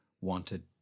wanted